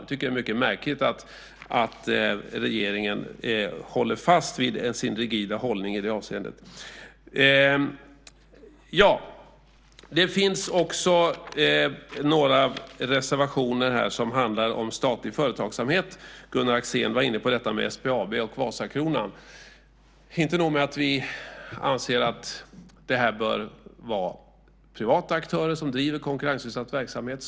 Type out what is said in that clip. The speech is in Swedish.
Jag tycker att det är mycket märkligt att regeringen håller fast vid sin rigida hållning i det avseendet. Det finns också några reservationer här som handlar om statlig företagsamhet. Gunnar Axén talade om SBAB och Vasakronan. Inte nog med att vi anser att det bör vara privata aktörer som driver konkurrensutsatt verksamhet.